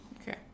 Okay